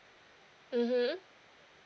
mmhmm